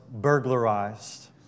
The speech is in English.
burglarized